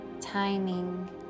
timing